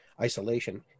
isolation